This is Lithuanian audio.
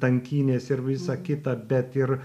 tankynės ir visa kita bet ir